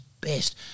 best